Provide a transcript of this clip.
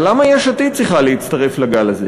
אבל למה יש עתיד צריכה להצטרף לגל הזה?